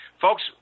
Folks